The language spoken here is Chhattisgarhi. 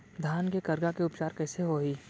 धान के करगा के उपचार कइसे होही?